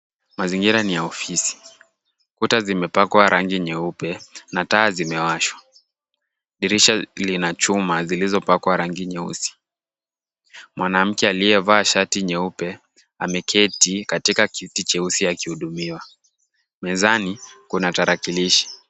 Mazingira ni ya ofisi, kuta zimepakwa rangi nyeupe na taa zimewashwa. Dirisha lina chuma zilizopakwa rangi nyeusi. Mwanamke aliyevaa shati jeupe ameketi katika kiti cheusi, akihudumiwa. Mezani kuna tarakilishi.